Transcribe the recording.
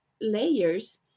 layers